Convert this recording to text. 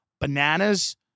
bananas